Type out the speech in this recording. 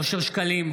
נגד אושר שקלים,